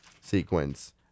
sequence